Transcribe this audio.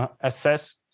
assess